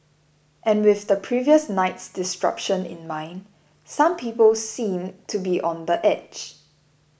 and with the previous night's disruption in mind some people seem to be on the edge